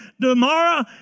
tomorrow